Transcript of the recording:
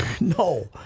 No